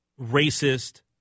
racist